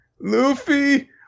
Luffy